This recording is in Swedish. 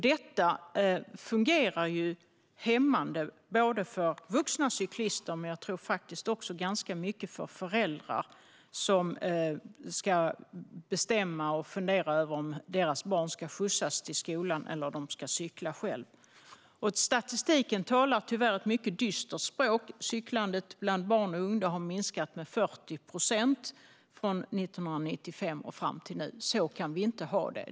Detta fungerar hämmande för vuxna cyklister men säkert också ganska mycket för föräldrar som ska fundera och bestämma över om deras barn ska skjutsas till skolan eller om de ska cykla själva. Statistiken talar tyvärr ett mycket dystert språk. Cyklandet bland barn och unga har minskat med 40 procent mellan 1995 och nu. Så kan vi inte ha det.